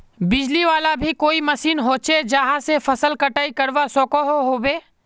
बिजली वाला भी कोई मशीन होचे जहा से फसल कटाई करवा सकोहो होबे?